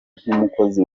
nk’umukozi